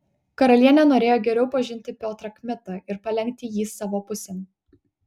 karalienė norėjo geriau pažinti piotrą kmitą ir palenkti jį savo pusėn